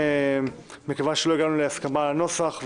מכיוון שלא הגענו להסכמה על הנוסח,